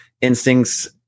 instincts